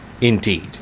Indeed